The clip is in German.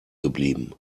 geblieben